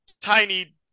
tiny